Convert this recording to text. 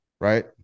right